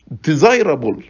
desirable